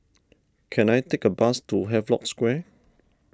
can I take a bus to Havelock Square